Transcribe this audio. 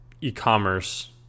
e-commerce